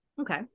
Okay